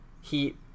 heat